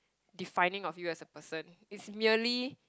defining of you as a person it's merely